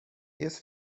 jest